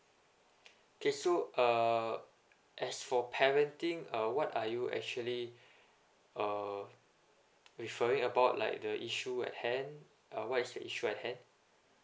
okay so err as for parenting uh what are you actually err referring about like the issue at hand uh what is the issue at hand